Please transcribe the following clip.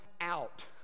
out